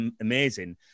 amazing